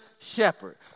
shepherd